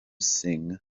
sing